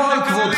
שמור על כבודך.